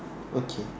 okay